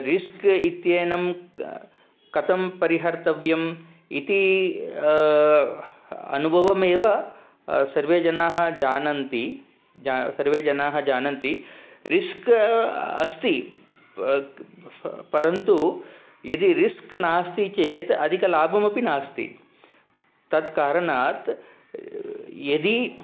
risk इत्येनं कथं परिहर्तव्यम् इति अनुभवमेव सर्वे जनाः जानन्ति सर्वे जनाः जानन्ति रिस्क् अस्ति परन्तु यदि रिस्क् नास्ति चेत् अधिकलाभः अपि नास्ति तत् कारणात् यदि